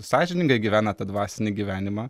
sąžiningai gyvena tą dvasinį gyvenimą